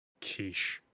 quiche